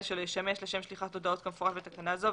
שלו ישמש לשם שליחת הודעות כמפורט בתקנה זו,